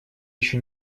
еще